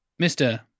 Mr